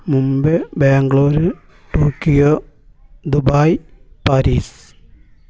Mumbai Bangalore Tokyo Dubai Paris